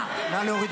מה את עשית